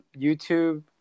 YouTube